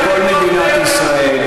בירושלים,